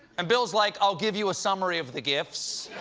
and bill's like, i'll give you a summary of the gifts.